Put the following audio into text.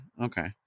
Okay